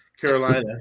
carolina